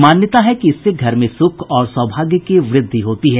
मान्यता है कि इससे घर में सुख और सौभाग्य की वृद्धि होती है